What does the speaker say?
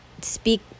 speak